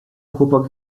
chłopak